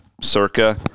Circa